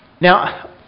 Now